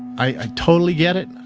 i totally get it,